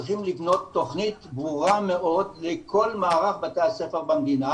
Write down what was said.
צריכים לבנות תכנית ברורה מאוד לכל מערך בתי הספר במדינה,